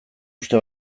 uste